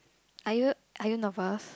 are you are you nervous